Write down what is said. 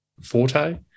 forte